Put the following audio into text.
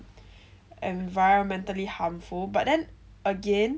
environmentally harmful but then again